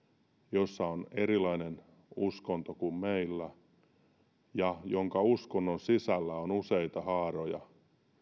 joissa on erilainen uskonto kuin meillä ja joissa uskonnon sisällä on useita haaroja